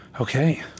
Okay